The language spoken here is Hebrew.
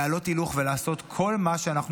להעלות הילוך ולעשות כל מה שאנחנו